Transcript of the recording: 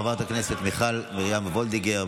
חברת הכנסת מיכל מרים וולדיגר.